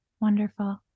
Wonderful